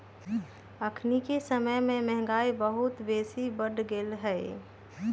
अखनिके समय में महंगाई बहुत बेशी बढ़ गेल हइ